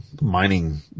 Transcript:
mining